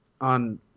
on –